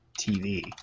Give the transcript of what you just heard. TV